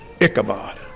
Ichabod